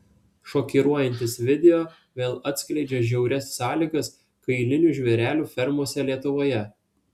šokiruojantis video vėl atskleidžia žiaurias sąlygas kailinių žvėrelių fermose lietuvoje